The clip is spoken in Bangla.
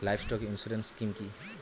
লাইভস্টক ইন্সুরেন্স স্কিম কি?